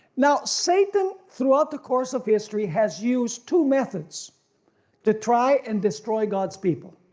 now satan throughout the course of history has used two methods to try and destroy god's people,